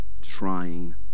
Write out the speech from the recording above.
trying